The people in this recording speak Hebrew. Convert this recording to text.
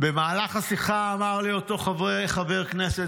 במהלך השיחה אמר לי אותו חבר כנסת,